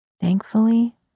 Thankfully